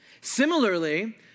Similarly